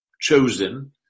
chosen